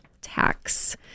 tax